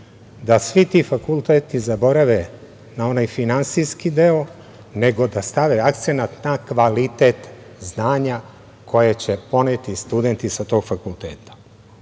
da svi ti fakulteti zaborave na onaj finansijski deo, nego da stave akcenat na kvalitet znanja koje će poneti studenti sa tog fakulteta. Sad,